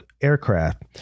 aircraft